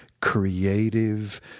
creative